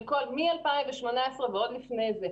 מ-2018 ועוד לפני כן,